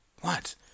What